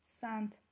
Sand